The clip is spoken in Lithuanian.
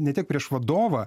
ne tiek prieš vadovą